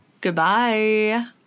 Goodbye